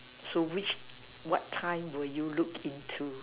so which what time will you look into